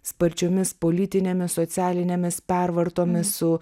sparčiomis politinėmis socialinėmis pervartomis su